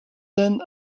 than